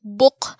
book